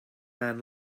man